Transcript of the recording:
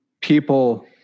people